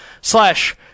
slash